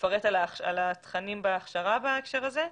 לפרט על התכנים בהכשרה בהקשר הזה?